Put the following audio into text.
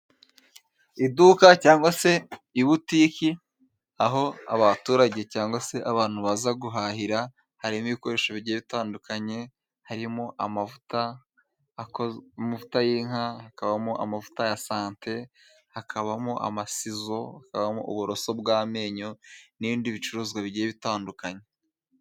Iduka cyangwa se ibutiki aho abaturage cyangwa se abantu baza guhahira harimo ibikoresho bigiye bitandukanye harimo amavuta, amavuta y'inka, hakabamo amavuta ya sante, hakabamo amasizo kabamo, uburoso bw'amenyo, n'ibindi bicuruzwa bigiye bitandukanye.